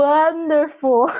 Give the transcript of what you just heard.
Wonderful